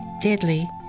deadly